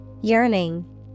Yearning